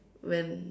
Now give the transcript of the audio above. when